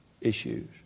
issues